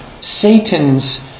Satan's